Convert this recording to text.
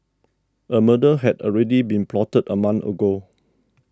a murder had already been plotted a month ago